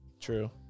True